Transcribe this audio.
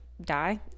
die